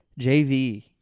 JV